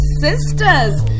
sisters